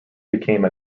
became